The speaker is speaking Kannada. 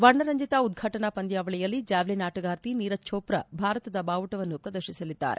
ವರ್ಣರಂಜೆತ ಉದ್ಗಾಟನಾ ಪಂದ್ವಾವಳಿಯಲ್ಲಿ ಜಾವೆಲಿನ್ ಆಟಗಾರ್ತಿ ನೀರಜ್ ಛೋಪ್ರಾ ಭಾರತದ ಬಾವುಟವನ್ನು ಪ್ರದರ್ಶಿಸಲಿದ್ದಾರೆ